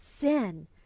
Sin